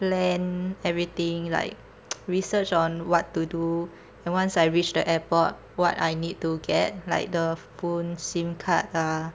plan everything like research on what to do and once I reached the airport what I need to get like the phone SIM card ah